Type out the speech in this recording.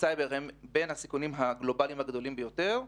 סייבר הן בין חמשת הסיכונים הגלובליים הגדולים ביותר.